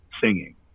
singing